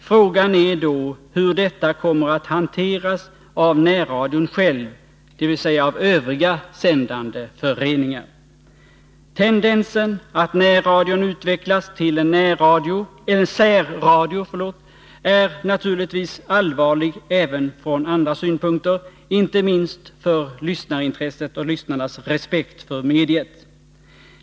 Frågan är då hur detta kommer att hanteras av närradion själv, dvs av övriga sändande föreningar. —---tendensen, att närradion utvecklas till en särradio, är naturligtvis allvarlig även från andra synpunkter, inte minst för lyssnarintresset och lyssnarnas respekt för mediet.